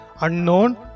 Unknown